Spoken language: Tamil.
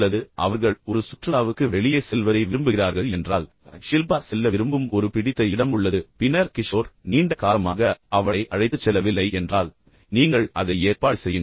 அல்லது அவர்கள் ஒரு சுற்றுலாவுக்கு வெளியே செல்வதை விரும்புகிறார்கள் என்று உங்களுக்குத் தெரிந்தால் ஷில்பா செல்ல விரும்பும் ஒரு பிடித்த இடம் உள்ளது பின்னர் கிஷோர் நீண்ட காலமாக அவளை அழைத்துச் செல்லவில்லை என்றால் எனவே நீங்கள் அதை ஏற்பாடு செய்யுங்கள்